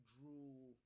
drew